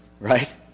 Right